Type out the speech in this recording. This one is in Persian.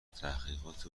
تحقیقات